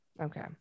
Okay